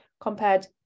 compared